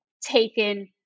taken